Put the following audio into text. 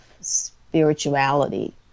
spirituality